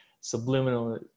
subliminal